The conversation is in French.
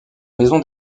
maison